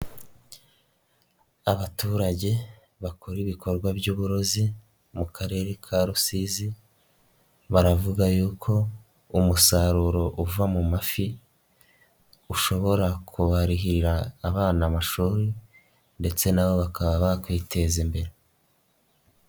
Abaturage, bakora ibikorwa by'uburozi, mu karere ka rusizi, baravuga yuko, umusaruro uva mu mafi, ushobora kubarihirira abana amashuri, ndetse nabo bakaba bakiteza imbere.